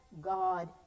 God